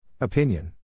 Opinion